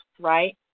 right